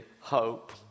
hope